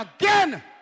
again